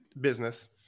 business